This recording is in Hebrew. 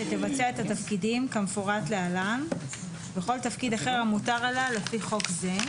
שתבצע את התפקידים כמפורט להלן וכל תפקיד אחר המוטל עליה לפי חוק זה: